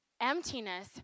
emptiness